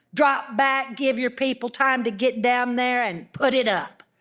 drop back, give your people time to get down there, and put it up